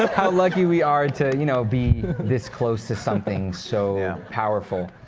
how lucky we are to you know be this close to something so powerful.